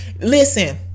Listen